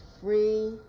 free